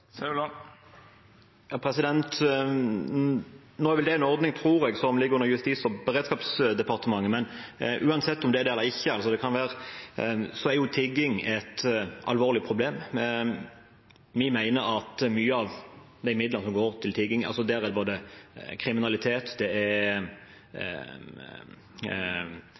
ligger under Justis- og beredskapsdepartementet, tror jeg, men uansett om det er det eller ikke: Tigging er et alvorlig problem. Når det gjelder mye av de midlene som går til tigging – der det er kriminalitet, og det er